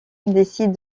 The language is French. décide